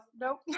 nope